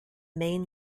main